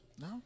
No